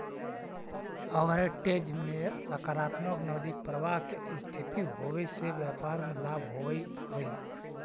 arbitrage में सकारात्मक नकदी प्रवाह के स्थिति होवे से व्यापार में लाभ होवऽ हई